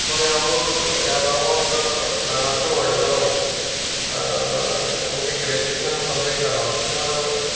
पय हांव ह्या गांवांत ल्हानाचो व्हडलो जालो म्हगें ग्रेज्यूएशन कंम्पलीट जालां पूण शिकता आसतना